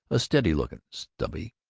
a steady-looking, stubby,